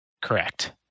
Correct